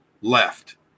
left